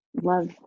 love